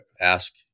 ask